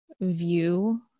view